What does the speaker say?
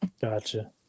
gotcha